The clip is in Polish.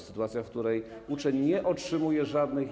Sytuacja, w której uczeń nie otrzymuje żadnych.